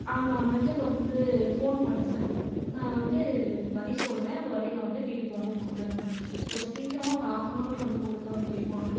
அங்கன வந்துட்டு வந்து ஃபோன் பண்ணுங்கள் நான் வந்து வழி சொல்கிறேன் அந்த வழியில வந்து வீட்டுக்கு வந்து கொடுத்துருங்க ஒரு சீக்கிரமாக ஒரு ஹாஃபனவர்ல வந்து கொடுக்குற முடியுமா